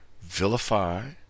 vilify